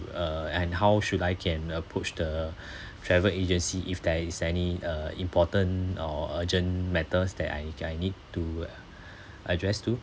uh and how should I can approach the travel agency if there is any uh important or urgent matters that I I need to address to